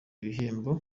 bihembo